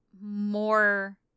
more